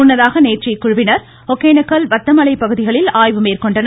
முன்னதாக நேற்று இக்குழுவினர் ஒகேனக்கல் வத்தல்மலை பகுதிகளில் ஆய்வு மேற்கொண்டனர்